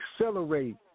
accelerate